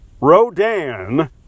Rodan